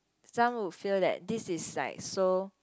some would feel that this is like so